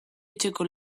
etxeko